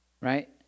Right